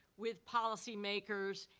with policymakers,